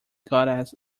goddess